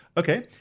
Okay